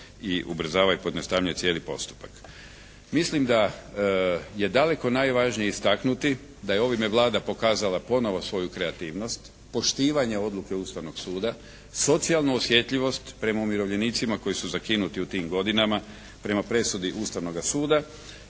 i ubrzava i pojednostavljuje cijeli postupak. Mislim da je daleko najvažnije istaknuti da je ovime Vlada pokazala ponovo svoju kreativnost, poštivanje odluke Ustavnog suda, socijalnu osjetljivost prema umirovljenicima koji su zakinuti u tim godinama, prema presudi Ustavnoga suda